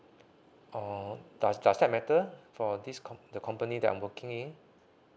or does does that matter for this co~ the company that I'm working in